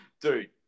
dude